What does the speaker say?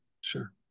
sure